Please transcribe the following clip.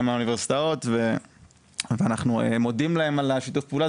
גם מהאוניברסיטאות ואנחנו מודים להם על שיתוף הפעולה.